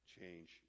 change